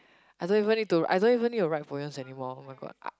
I don't even need to I don't even need to write poems anymore oh-my-god ah